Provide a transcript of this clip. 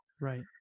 Right